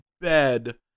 bed